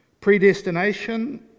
Predestination